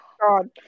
God